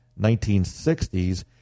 1960s